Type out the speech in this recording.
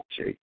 Okay